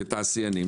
התעשיינים,